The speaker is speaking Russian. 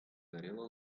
горела